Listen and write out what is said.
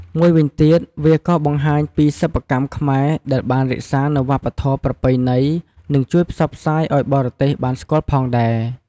មួយវិញទៀត វាក៏បង្ហាញពីរសិប្បកម្មខ្មែរដែលបានរក្សានៅវប្បធម៌ប្រពៃណី និងជួយផ្សព្វផ្សាយឲ្យបរទេសបានស្គាល់ផងដែរ។